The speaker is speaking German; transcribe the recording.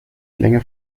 länge